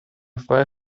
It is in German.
freie